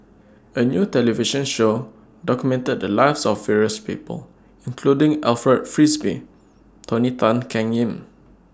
A New television Show documented The Lives of various People including Alfred Frisby Tony Tan Keng Yam